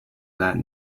that